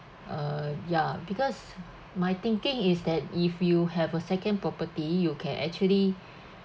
uh ya because my thinking is that if you have a second property you can actually